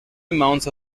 amounts